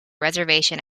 reservation